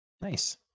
Nice